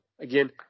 Again